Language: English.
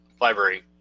library